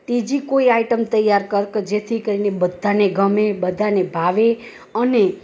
ત્રીજી કોઈ આઈટમ તૈયાર કર કે જેથી કરીને બધાંને ગમે બધાને ભાવે અને